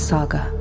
Saga